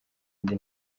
indi